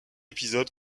épisode